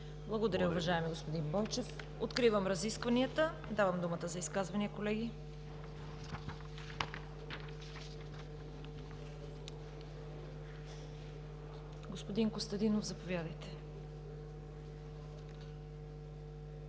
Благодаря, уважаеми господин Бойчев. Откривам разискванията. Давам думата за изказвания, колеги. Господин Костадинов, заповядайте.